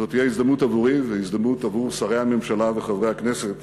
זאת תהיה הזדמנות עבורי והזדמנות עבור שרי הממשלה וחברי הכנסת